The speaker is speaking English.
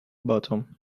bottom